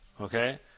Okay